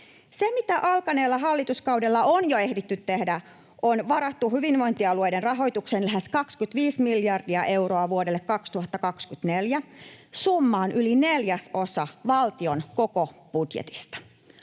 Mitä alkaneella hallituskaudella on jo ehditty tehdä? On varattu hyvinvointialueiden rahoitukseen lähes 25 miljardia euroa vuodelle 2024. Summa on yli neljäsosa valtion koko budjetista.